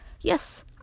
Yes